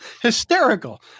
hysterical